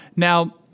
Now